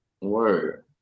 Word